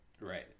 Right